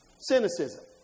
Cynicism